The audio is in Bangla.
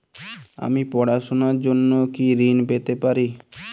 আমি পড়াশুনার জন্য কি ঋন পেতে পারি?